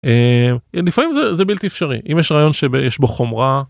אה... לפעמים זה, זה בלתי אפשרי. אם יש רעיון שיש בו חומרה.